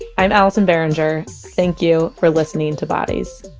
i'm allison behringer. thank you for listening to bodies